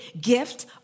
gift